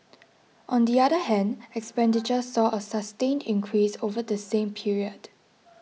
on the other hand expenditure saw a sustained increase over the same period